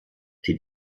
die